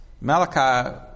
Malachi